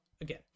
again